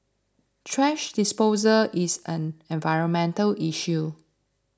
thrash disposal is an environmental issue